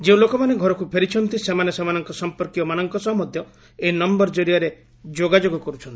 ଯେଉଁ ଲୋକମାନେ ଘରକୁ ଫେରିଛନ୍ତି ସେମାନେ ସେମାନଙ୍କ ସମ୍ପର୍କୀୟମାନଙ୍କ ସହ ମଧ୍ୟ ଏହି ନମ୍ଭର ଜରିଆରେ ଯୋଗାଯୋଗ କର୍ ଛନ୍ତି